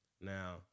Now